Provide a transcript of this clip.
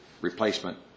replacement